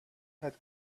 had